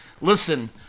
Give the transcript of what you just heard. Listen